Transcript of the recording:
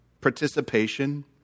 participation